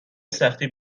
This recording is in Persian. سختی